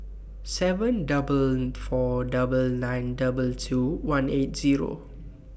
seven four four nine nine two two one eight Zero